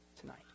tonight